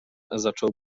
zaczął